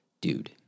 dude